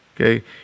Okay